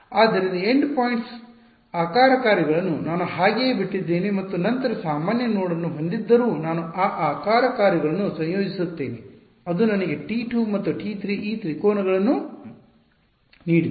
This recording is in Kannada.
ಆದ್ದರಿಂದ ಎಂಡ್ ಪಾಯಿಂಟ್ಸ್ ಆಕಾರದ ಕಾರ್ಯಗಳನ್ನು ನಾನು ಹಾಗೆಯೇ ಬಿಟ್ಟಿದ್ದೇನೆ ಮತ್ತು ನಂತರ ಸಾಮಾನ್ಯ ನೋಡ್ ಅನ್ನು ಹೊಂದಿದ್ದರೂ ನಾನು ಆ ಆಕಾರ ಕಾರ್ಯಗಳನ್ನು ಸಂಯೋಜಿಸುತ್ತೇನೆ ಅದು ನನಗೆ T 2 ಮತ್ತು T 3 ಈ ತ್ರಿಕೋನಗಳನ್ನು ನೀಡಿತು